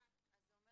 שני